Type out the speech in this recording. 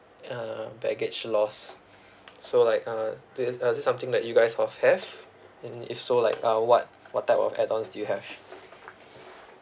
uh baggage loss so like uh that is something that you guys of have in if so like uh what what type of add ons do you have